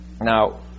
Now